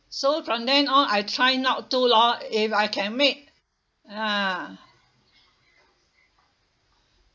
so from then on I try not to lor if I can make ah